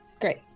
great